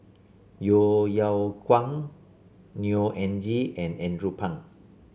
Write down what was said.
Yeo Yeow Kwang Neo Anngee and Andrew Phang